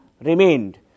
remained